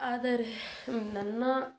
ಆದರೆ ನನ್ನ